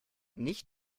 nicht